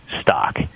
stock